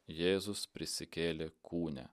jėzus prisikėlė kūne